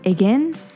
Again